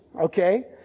okay